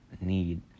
need